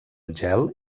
gel